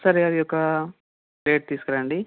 సరే అది ఒక ప్లేట్ తీసుకురండి